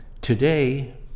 Today